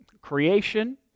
Creation